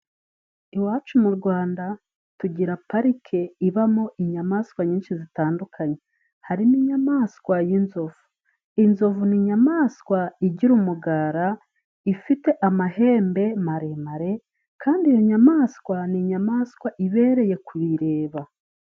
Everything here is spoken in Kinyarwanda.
Iwacu mu Rwanda tugira Parike ibamo inyamaswa nyinshi zitandukanye, harimo inyamaswa y'inzovu, inzovu ni inyamaswa igira umugara, ifite amahembe maremare kandi iyo nyamaswa ni inyamaswa ibereye kuyireba.